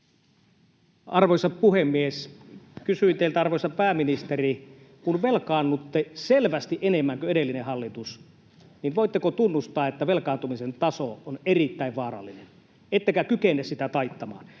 Arvoisa puhemies! Kysyin teiltä, arvoisa pääministeri, että kun velkaannutte selvästi enemmän kuin edellinen hallitus, niin voitteko tunnustaa, että velkaantumisen taso on erittäin vaarallinen ettekä kykene sitä taittamaan.